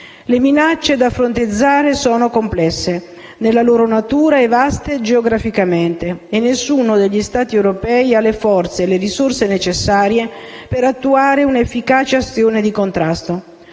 Le minacce da fronteggiare sono complesse nella loro natura e vaste geograficamente e nessuno degli Stati europei ha le forze e le risorse necessarie per attuare un'efficace azione di contrasto.